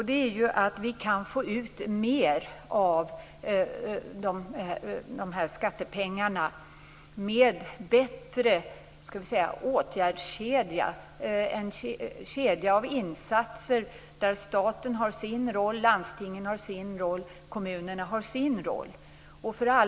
De gäller att vi kan få ut mer av skattepengarna med bättre åtgärdskedja, en kedja av insatser där staten har sin roll, landstingen har sin roll och kommunerna har sin roll.